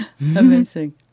Amazing